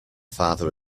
father